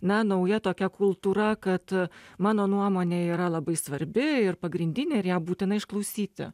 na nauja tokia kultūra kad mano nuomonė yra labai svarbi ir pagrindinė ir ją būtina išklausyti